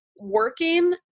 working